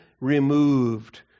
removed